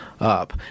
Up